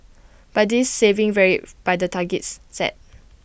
but this saving varied by the targets set